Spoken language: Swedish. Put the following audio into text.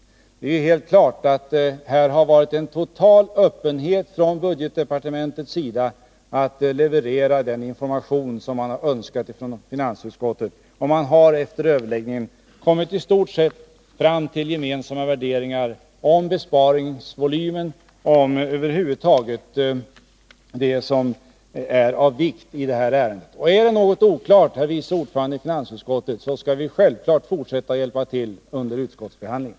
Det står helt klart att budgetdepartementet med total öppenhet har levererat den information som finansutskottet har önskat få. Efter nämnda överläggning har man kommit fram till i stort sett gemensamma värderingar om besparingsvolymen och över huvud taget om det som är av vikt i detta ärende. Är det något som är oklart, herr vice ordförande i finansutskottet, skall vi självklart fortsätta att hjälpa till under utskottsbehandlingen.